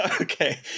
Okay